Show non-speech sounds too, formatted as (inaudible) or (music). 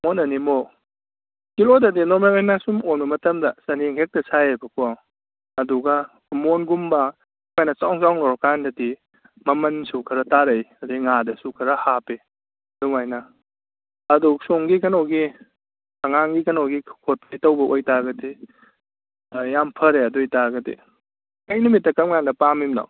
ꯃꯣꯟ ꯑꯅꯤꯃꯨꯛ ꯀꯤꯂꯣꯗꯗꯤ ꯅꯣꯔꯃꯦꯟ ꯑꯣꯏꯅ ꯁꯨꯝ ꯑꯣꯟꯕ ꯃꯇꯝꯗ ꯆꯅꯤ ꯈꯛꯇ ꯁꯥꯏꯑꯕꯀꯣ ꯑꯗꯨꯒ ꯃꯣꯟꯒꯨꯝꯕ ꯁꯨꯃꯥꯏꯅ ꯆꯥꯎ ꯆꯥꯎꯅ ꯂꯧꯔ ꯀꯥꯟꯗꯗꯤ ꯃꯃꯟꯁꯨ ꯈꯔ ꯇꯥꯔꯛꯏ ꯑꯗꯩ ꯉꯥꯗꯁꯨ ꯈꯔ ꯍꯥꯞꯄꯤ ꯑꯗꯨꯃꯥꯏꯅ ꯑꯗꯨ ꯁꯣꯝꯒꯤ ꯀꯩꯅꯣꯒꯤ ꯑꯉꯥꯡꯒꯤ ꯀꯩꯅꯣꯒꯤ (unintelligible) ꯇꯧꯕꯩ ꯑꯣꯏꯇꯥꯔꯒꯗꯤ ꯌꯥꯝ ꯐꯔꯦ ꯑꯗꯨ ꯑꯣꯏꯇꯥꯔꯒꯗꯤ ꯀꯔꯤ ꯅꯨꯃꯤꯠꯇ ꯀꯔꯝ ꯀꯥꯟꯗ ꯄꯥꯝꯃꯤꯅꯣ